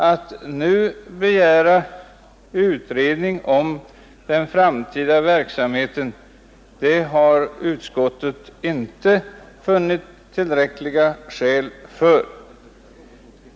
Att nu begära utredning om den framtida verksamheten har utskottet inte funnit tillräckliga skäl för.